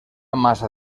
massa